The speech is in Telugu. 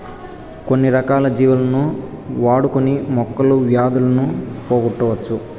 కొన్ని రకాల జీవులను వాడుకొని మొక్కలు వ్యాధులను పోగొట్టవచ్చు